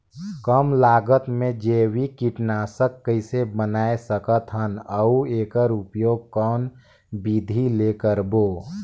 कम लागत मे जैविक कीटनाशक कइसे बनाय सकत हन अउ एकर उपयोग कौन विधि ले करबो?